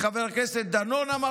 חבר הכנסת גואטה אמר,